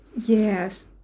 Yes